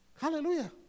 hallelujah